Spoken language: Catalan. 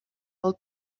pel